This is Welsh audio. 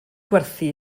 gwerthu